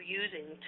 using